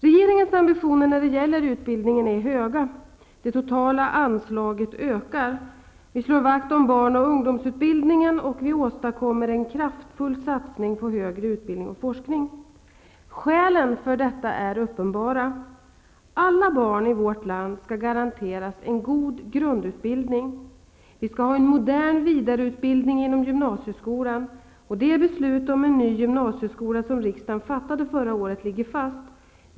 Regeringens ambitioner när det gäller utbildningen är höga. Det totala anslaget ökar. Vi slår vakt om barn och ungdomsutbildningen, och vi åstadkommer en kraftfull satsning på högre utbildning och forskning. Skälen för detta är uppenbara. Alla barn i vårt land skall garanteras en god grundutbildning. Vi skall ha en modern vidareutbildning inom gymnasieskolan. De beslut om en ny gymnasieskola som riksdagen fattade förra året ligger fast.